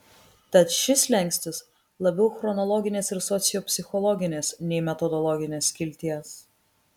tad šis slenkstis labiau chronologinės ir sociopsichologinės nei metodologinės kilties